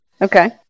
Okay